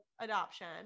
adoption